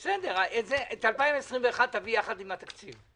בסדר, את 2021 תביא יחד עם התקציב.